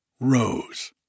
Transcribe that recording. Rose